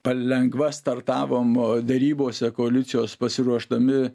palengva startavom derybose koalicijos pasiruošdami